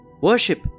worship